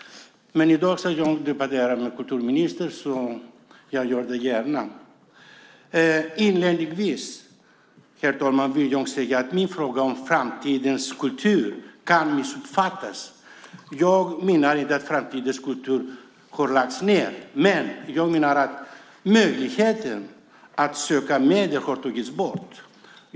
Men i dag ska jag debattera med kulturministern, och jag gör det gärna. Inledningsvis vill jag säga att min fråga om Stiftelsen Framtidens kultur kan missuppfattas. Jag menar inte att Framtidens kultur har lagts ned, men jag menar att möjligheten att söka medel har tagits bort.